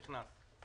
נכנס.